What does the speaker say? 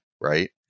Right